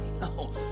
No